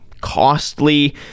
costly